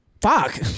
Fuck